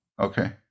Okay